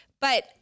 But-